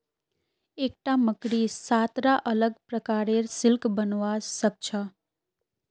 एकता मकड़ी सात रा अलग प्रकारेर सिल्क बनव्वा स ख छ